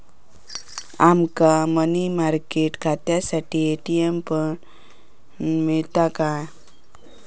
आमका money market खात्यासाठी ATM पण मिळता काय?